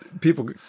people